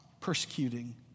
persecuting